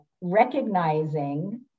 recognizing